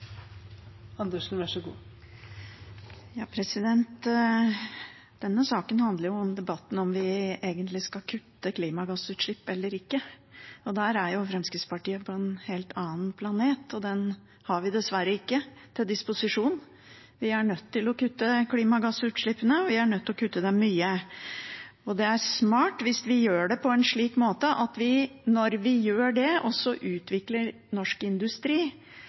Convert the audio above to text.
Fremskrittspartiet på en helt annen planet, og den har vi dessverre ikke til disposisjon. Vi er nødt til å kutte klimagassutslippene, og vi er nødt til å kutte dem mye. Det er smart hvis vi gjør det på en slik måte at vi, når vi gjør det, også utvikler norsk industri